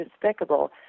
despicable